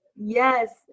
Yes